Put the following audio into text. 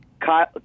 Kyle